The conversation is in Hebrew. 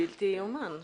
זה בלתי יאומן.